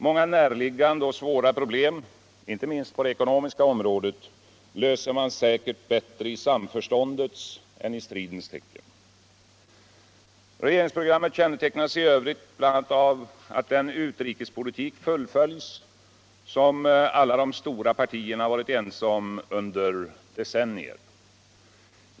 Många näraliggande och svåra problem — inte minst på det ekonomiska området — löser man säkert bätllre i samförståndets än i stridens tecken. Regeringsprogrammet kännetecknas i övrigt bl.a. av att den utrikespolitik som alla de stora partierna varit ense om under decennier fullföljs.